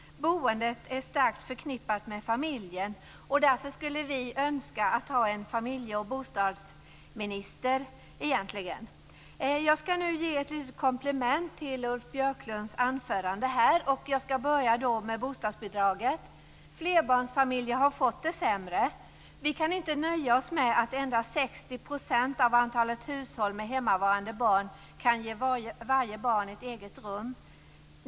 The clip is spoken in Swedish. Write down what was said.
Boendet är starkt förknippat med familjen. Därför skulle vi önska att vi fick en familje och bostadsminister. Jag skall nu göra ett litet komplement till Ulf Björklunds anförande och vill börja med bostadsbidraget. Flerbarnsfamiljer har fått det sämre. Vi kan inte nöja oss med att endast 60 % av antalet hushåll med hemmavarande barn kan ge varje barn ett eget rum.